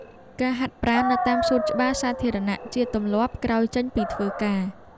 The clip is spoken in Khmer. ការហាត់ប្រាណនៅតាមសួនច្បារសាធារណៈជាទម្លាប់ក្រោយចេញពីធ្វើការ។